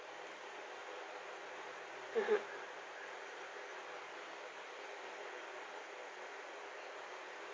mmhmm